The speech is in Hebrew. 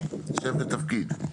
שם ותפקיד.